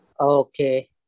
Okay